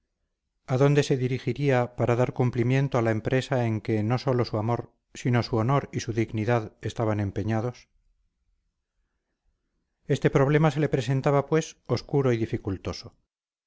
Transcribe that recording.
a dónde se dirigiría para dar cumplimiento a la empresa en que no sólo su amor sino su honor y su dignidad estaban empeñados este problema se le presentaba pues obscuro y dificultoso